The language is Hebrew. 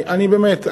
אני באמת,